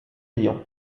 briand